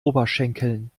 oberschenkeln